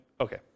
Okay